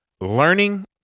Learning